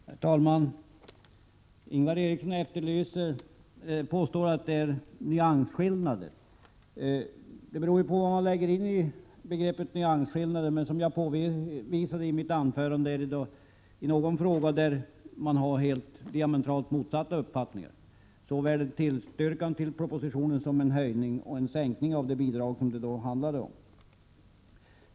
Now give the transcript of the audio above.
Herr talman! Ingvar Eriksson påstår att det rör sig om nyansskillnader. Det beror på vad man lägger in i begreppet nyansskillnad. Men som jag påvisade i mitt huvudanförande har man i någon fråga helt diametralt motsatta uppfattningar — både tillstyrkan av propositionen och såväl en höjning som en sänkning av det bidrag som det då handlar om.